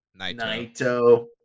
Naito